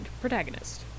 protagonist